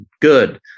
Good